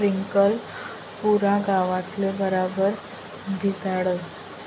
sprinkler पुरा गावतले बराबर भिजाडस